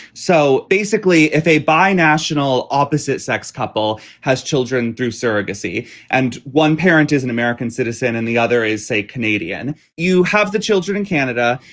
so basically, if a binational opposite sex couple has children through surrogacy and one parent is an american citizen and the other is a canadian, you have the children in canada,